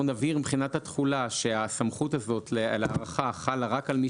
אנחנו נבהיר מבחינת התחולה שהסמכות הזאת להארכה חלה רק על מי